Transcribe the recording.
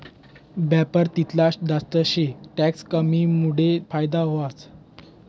बेपार तितला जास्त शे टैक्स कमीमुडे फायदा व्हस